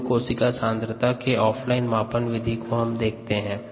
कुल कोशिका सांद्रता के ऑफ लाइन मापन विधि को देखतें हैं